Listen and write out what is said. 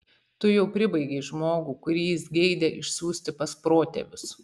tu jau pribaigei žmogų kurį jis geidė išsiųsti pas protėvius